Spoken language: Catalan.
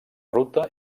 ruta